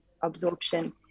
absorption